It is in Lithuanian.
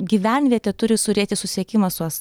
gyvenvietė turi surėti susisiekimą su as